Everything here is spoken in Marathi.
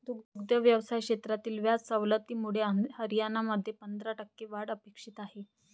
दुग्ध व्यवसाय क्षेत्रातील व्याज सवलतीमुळे हरियाणामध्ये पंधरा टक्के वाढ अपेक्षित आहे